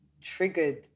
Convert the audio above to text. triggered